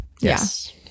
Yes